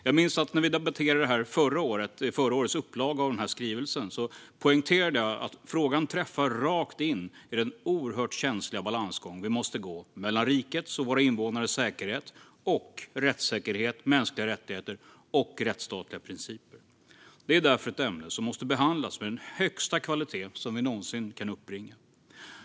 Jag minns att jag när vi debatterade förra årets upplaga av denna skrivelse poängterade att frågan träffar rakt in i den oerhört känsliga balansgång vi måste gå mellan rikets och våra invånares säkerhet och rättssäkerhet, mänskliga rättigheter och rättsstatliga principer. Detta är därför ett ämne som måste behandlas med den högsta kvalitet vi någonsin kan uppbringa.